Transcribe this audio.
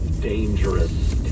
dangerous